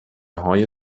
های